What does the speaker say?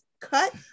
cut